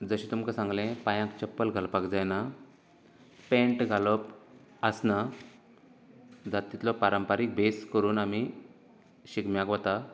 जशें तुमकां सांगले पांयांक चप्पल घालपाक जायना पेंट घालप आसना जाता तितलो पारंपारीक भेस करून आमी शिगम्याक वता